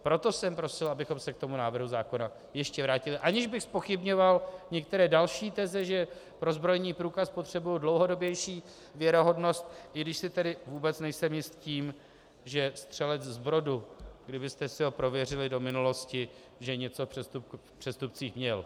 Proto jsem prosil, abychom se k tomu návrhu zákona ještě vrátili, aniž bych zpochybňoval některé další teze, že pro zbrojní průkaz potřebuji dlouhodobější věrohodnost, i když si vůbec nejsem jist tím, že střelec z Brodu, kdybyste si ho prověřili do minulosti, něco v přestupních měl.